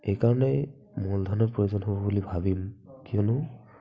এইকাৰণে মূলধনৰ প্ৰয়োজন হ'ব বুলি ভাবিম কিয়নো